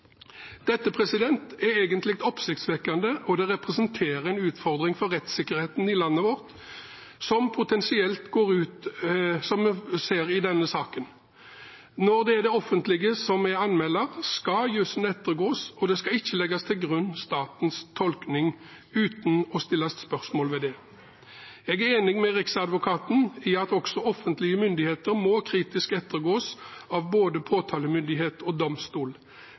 Dette er egentlig oppsiktsvekkende, og det vi ser i denne saken, representerer en utfordring for rettssikkerheten i landet vårt. Når det er det offentlige som er anmelder, skal jussen ettergås, og statens tolkning skal ikke legges til grunn uten at det stilles spørsmål ved det. Jeg er enig med riksadvokaten i at også offentlige myndigheter må kritisk ettergås av både påtalemyndighet og domstol.